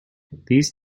these